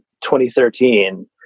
2013